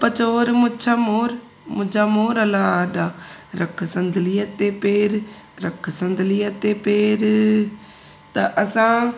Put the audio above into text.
चप चोर मुछा मोर मुंहिंजा मोर लाॾा रखु संदुलीअ ते पेर रखु संदुलीअ ते पेर त असां